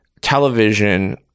television